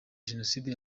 genocide